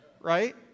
right